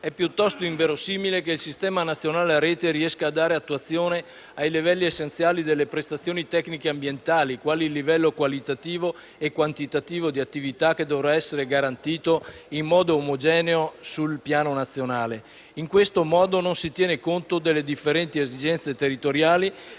è piuttosto inverosimile che il sistema nazionale a rete riesca a dare attuazione ai livelli essenziali delle prestazioni tecniche ambientali, quali il livello qualitativo e quantitativo di attività che dovrà essere garantito in modo omogeneo sul piano nazionale. In questo modo non si tiene conto delle differenti esigenze territoriali